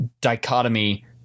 dichotomy